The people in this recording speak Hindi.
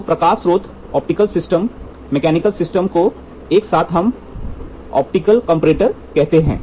तो प्रकाश स्रोत ऑप्टिकल सिस्टम मैकेनिकल सिस्टम को एक साथ हम ऑप्टिकल कंपैरेटर कहते है